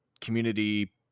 community